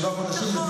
שבעה חודשים,